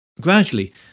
Gradually